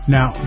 Now